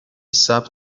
ثبت